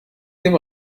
dem